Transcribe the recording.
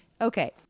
Okay